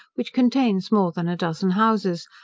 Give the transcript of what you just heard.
which contains more than a dozen houses,